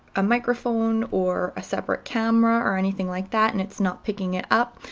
a microphone or a separate camera or anything like that and it's not picking it up,